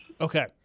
Okay